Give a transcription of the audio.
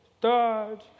Dodge